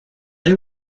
they